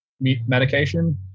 medication